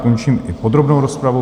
Končím i podrobnou rozpravu.